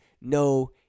no